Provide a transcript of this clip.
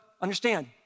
understand